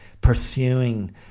pursuing